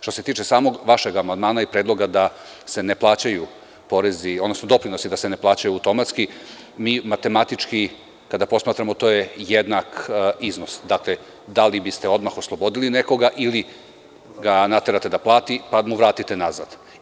Što se tiče samog vašeg amandmana i predloga da se ne plaćaju porezi, odnosno doprinosi da se ne plaćaju automatski, mi matematički, kada posmatramo, to je jednak iznos, dakle, da li biste odmah oslobodili nekoga ili ga naterate da plati pa da mu vratite nazad.